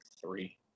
three